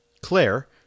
Claire